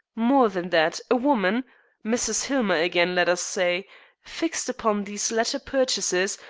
more than that, a woman mrs. hillmer again, let us say fixed upon these latter purchases,